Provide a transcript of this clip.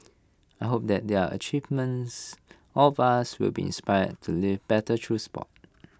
I hope that their achievements all of us will be inspire to live better through Sport